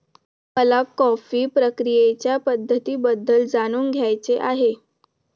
मला कॉफी प्रक्रियेच्या पद्धतींबद्दल जाणून घ्यायचे आहे